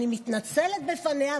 אני מתנצלת בפניה,